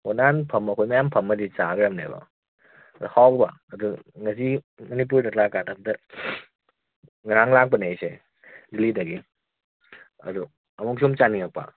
ꯑꯣ ꯅꯍꯥꯟ ꯐꯝꯃ ꯑꯩꯈꯣꯏ ꯃꯌꯥꯝ ꯐꯝꯃꯒꯗꯤ ꯆꯥꯈ꯭ꯔꯕꯅꯦꯕ ꯑꯗ ꯍꯥꯎꯕ ꯑꯗꯨ ꯉꯁꯤ ꯃꯅꯤꯄꯨꯔꯗ ꯂꯥꯛꯑꯀꯥꯟꯗ ꯑꯝꯇ ꯉꯔꯥꯡ ꯂꯥꯛꯄꯅꯦ ꯑꯩꯁꯦ ꯗꯦꯜꯍꯤꯗꯒꯤ ꯑꯗꯨ ꯑꯃꯨꯛ ꯁꯨꯝ ꯆꯥꯅꯤꯡꯉꯛꯄ